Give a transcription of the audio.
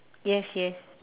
yes yes